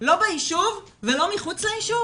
לא ביישוב ולא מחוץ ליישוב?